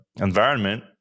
environment